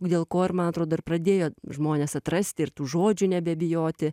dėl ko ir man atrodo ir pradėjo žmonės atrasti ir tų žodžių nebebijoti